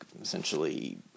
essentially